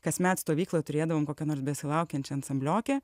kasmet stovykloj turėdavom kokią nors besilaukiančią ansambliokę